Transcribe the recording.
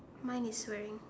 mine is wearing